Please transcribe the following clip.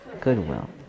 goodwill